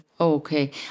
Okay